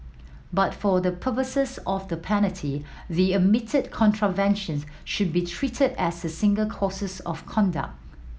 but for the purposes of the penalty the admitted contraventions should be treated as single courses of conduct